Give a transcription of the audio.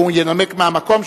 והוא ינמק מהמקום,